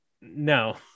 no